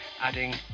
adding